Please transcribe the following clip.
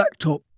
blacktop